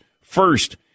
First